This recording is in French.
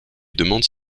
demandent